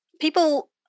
people